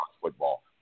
football